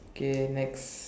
okay next